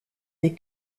des